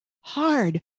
hard